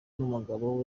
n’umugabo